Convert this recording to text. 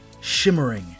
shimmering